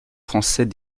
français